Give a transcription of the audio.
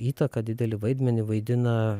įtaką didelį vaidmenį vaidina